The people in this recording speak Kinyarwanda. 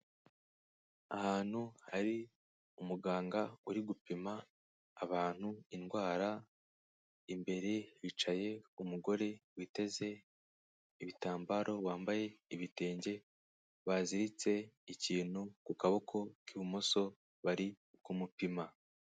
Ahantu hari umuganga uri gupima abantu indwara, imbere bicaye umugore witeze ibitambaro wambaye ibitenge, baziritse ikintu ku kaboko k'ibumoso bari kumupima.